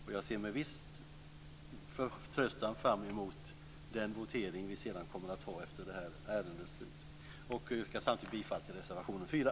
Och jag ser med viss förtröstan fram emot den votering som vi senare kommer att ha om detta ärende och yrkar samtidigt bifall till reservation 4.